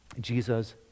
Jesus